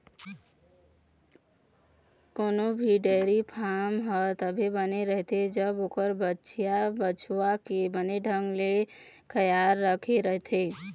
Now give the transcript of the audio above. कोनो भी dairy farm ह तभे बने रहिथे जब ओखर बछिया, बछवा के बने ढंग ले खियाल राखे जाथे